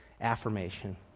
affirmation